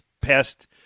past